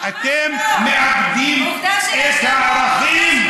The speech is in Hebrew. אתם מאבדים את הערכים,